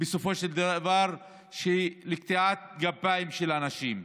בסופו של דבר לקטיעת גפיים של אנשים.